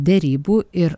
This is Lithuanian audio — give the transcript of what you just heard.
derybų ir